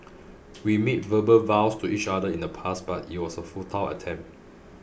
we made verbal vows to each other in the past but it was a futile attempt